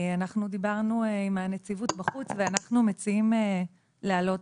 אנחנו דיברנו עם הנציבות בחוץ ואנחנו מציעים להעלות